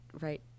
right